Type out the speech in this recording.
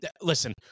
listen